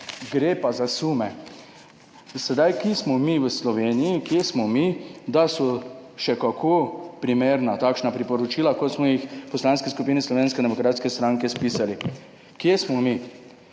gre pa za sume. Sedaj, kje smo mi v Sloveniji, kje smo mi, da so še kako primerna takšna priporočila kot smo jih v Poslanski skupini Slovenske demokratske stranke spisali. Kje smo mi?